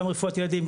גם רפואת ילדים,